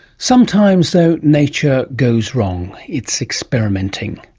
sometimes though nature goes wrong. it's experimenting.